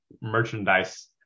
merchandise